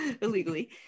Illegally